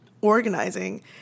organizing